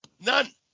None